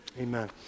Amen